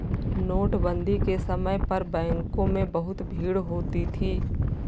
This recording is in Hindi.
नोटबंदी के समय पर बैंकों में बहुत भीड़ होती थी